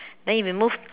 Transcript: then if you move